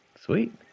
sweet